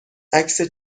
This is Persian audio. عکس